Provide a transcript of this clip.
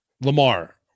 Lamar